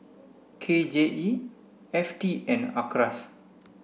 K J E F T and Acres